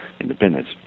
independence